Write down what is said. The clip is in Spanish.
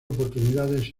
oportunidades